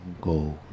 go